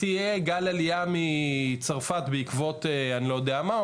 יהיה גל עלייה מצרפת בעקבות אני לא יודע מה,